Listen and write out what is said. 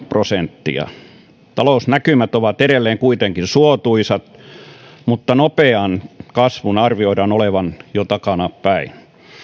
prosenttia talousnäkymät ovat edelleen suotuisat mutta nopean kasvun arvioidaan kuitenkin olevan jo takana päin